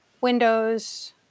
windows